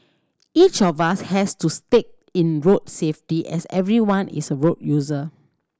each of us has to stake in road safety as everyone is a road user